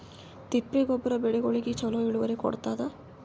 ತಿಪ್ಪಿ ಗೊಬ್ಬರ ಬೆಳಿಗೋಳಿಗಿ ಚಲೋ ಇಳುವರಿ ಕೊಡತಾದ?